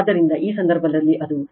ಆದ್ದರಿಂದ ಈ ಸಂದರ್ಭದಲ್ಲಿ ಅದು 2